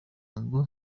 ngo